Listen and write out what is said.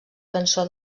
cançó